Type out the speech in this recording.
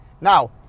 Now